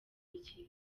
n’ikipe